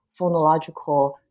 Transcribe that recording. phonological